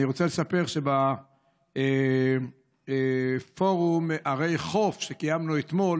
אני רוצה לספר שבפורום ערי חוף שקיימנו אתמול